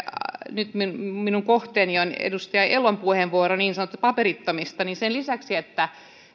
nyt minun kohteeni on edustaja elon puheenvuoro niin sanotuista paperittomista että